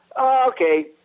Okay